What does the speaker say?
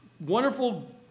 wonderful